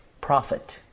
profit